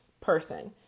person